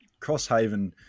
Crosshaven